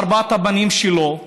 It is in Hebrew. לארבעת הבנים שלו.